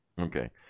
Okay